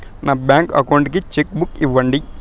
నా bank account కు cheque book ఇవ్వండి